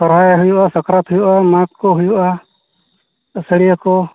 ᱥᱚᱦᱨᱟᱭ ᱦᱩᱭᱩᱜᱼᱟ ᱥᱟᱠᱨᱟᱛ ᱦᱩᱭᱩᱜᱼᱟ ᱢᱟᱜᱽ ᱠᱚ ᱦᱩᱭᱩᱜᱼᱟ ᱟᱹᱥᱟᱹᱲᱤᱭᱟᱹ ᱠᱚ